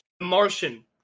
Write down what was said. Martian